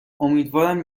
امیدوارم